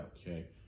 okay